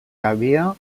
havia